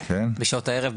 בשעות הערב,